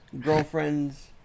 girlfriends